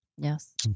Yes